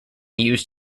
used